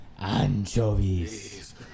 Anchovies